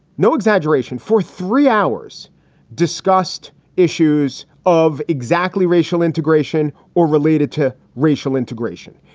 no exaggeration, for three hours discussed issues of exactly racial integration or related to racial integration.